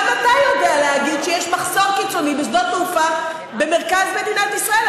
אתה יודע להגיד שיש מחסור קיצוני בשדות תעופה במרכז מדינת ישראל.